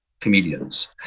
comedians